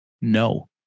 no